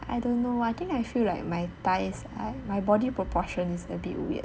I don't know what I think I feel like my thighs are my body proportion is a bit weird